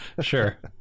Sure